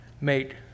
make